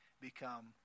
become